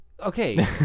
Okay